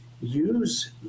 use